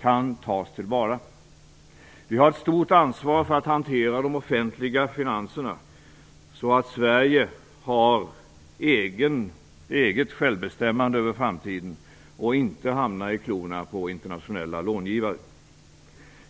kan tas till vara. Vi har ett stort ansvar för att hantera de offentliga finanserna så att Sverige har eget självbestämmande över framtiden och inte hamnar i klorna på internationella långivare.